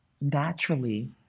naturally